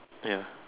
ya